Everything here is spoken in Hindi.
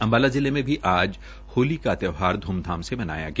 अम्बाला जिले में भी आज होली का त्यौहार ध्रमधाम से मनाया गया